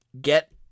get